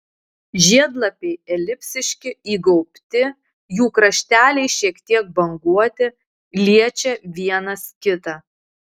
žiedlapiai elipsiški įgaubti jų krašteliai šiek tiek banguoti liečia vienas kitą